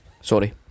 Sorry